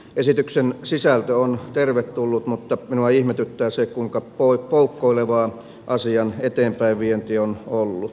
esityksen sisältö on tervetullut mutta minua ihmetyttää se kuinka poukkoilevaa asian eteenpäinvienti on ollut